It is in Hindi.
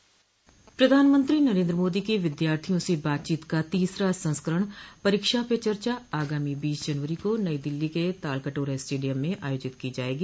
प्रधानमंत्री नरेन्द्र मोदी की विद्यार्थियों से बातचीत का तीसरा संस्करण परीक्षा पे चर्चा आगामी बीस जनवरी को नई दिल्ली के तालकटोरा स्टेडियम में आयोजित की जायेगी